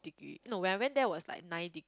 degree no when I went there it was like nine degree